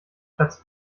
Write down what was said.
platz